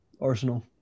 Arsenal